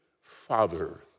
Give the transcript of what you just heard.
father